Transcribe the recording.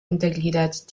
untergliedert